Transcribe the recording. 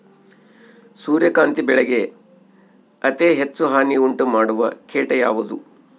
ಸೂರ್ಯಕಾಂತಿ ಬೆಳೆಗೆ ಅತೇ ಹೆಚ್ಚು ಹಾನಿ ಉಂಟು ಮಾಡುವ ಕೇಟ ಯಾವುದು?